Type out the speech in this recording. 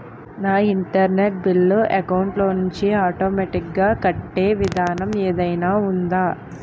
నా internet bill account లోంచి automatic గా కట్టే విధానం ఏదైనా ఉందా?